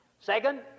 Second